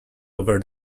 over